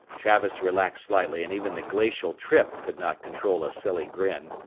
travis relaxed slightly and even the glacial trippe could not control a silly grin.